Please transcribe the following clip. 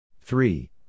Three